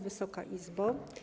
Wysoka Izbo!